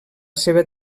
seva